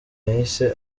yahise